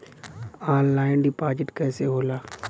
Online deposit कैसे होला?